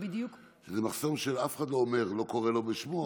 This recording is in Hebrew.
זה מחסום שאף אחד לא קורא לו בשמו,